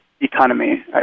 economy